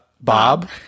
bob